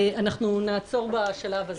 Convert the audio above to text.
לעצור בשלב הזה.